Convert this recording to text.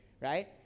Right